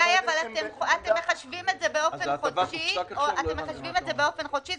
גיא, אתם מחדשים את זה באופן חודשי?